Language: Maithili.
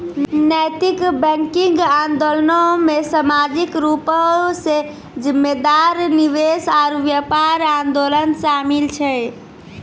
नैतिक बैंकिंग आंदोलनो मे समाजिक रूपो से जिम्मेदार निवेश आरु व्यापार आंदोलन शामिल छै